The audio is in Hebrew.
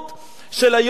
של היושר?